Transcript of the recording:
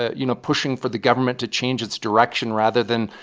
ah you know, pushing for the government to change its direction, rather than,